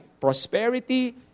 Prosperity